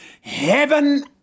Heaven